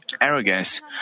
arrogance